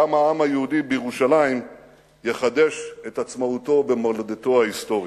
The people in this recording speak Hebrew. גם העם היהודי בירושלים יחדש את עצמאותו במולדתו ההיסטורית.